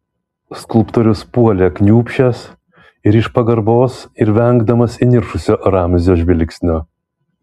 skulptorius puolė kniūbsčias ir iš pagarbos ir vengdamas įniršusio ramzio žvilgsnio